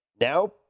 Now